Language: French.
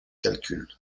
calculs